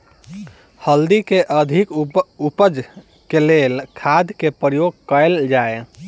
हल्दी केँ अधिक उपज केँ लेल केँ खाद केँ प्रयोग कैल जाय?